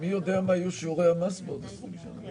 מי יודע מה יהיו שיעורי המס באותה תקופה?